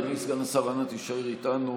אדוני סגן השר, אנא תישאר איתנו.